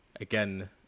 again